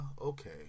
okay